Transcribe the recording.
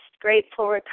grateful